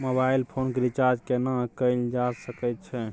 Mobile phone के recharge केना कैल जा सकै छै?